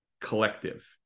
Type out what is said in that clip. Collective